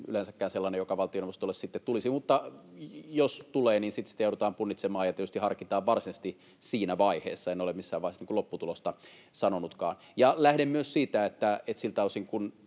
yleensäkään sellainen, joka valtioneuvostolle tulisi. Mutta jos tulee, niin sitten sitä joudutaan punnitsemaan ja tietysti harkitaan varsinaisesti siinä vaiheessa. En ole missään vaiheessa lopputulosta sanonutkaan. Lähden myös siitä, että siltä osin